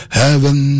heaven